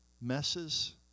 messes